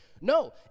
No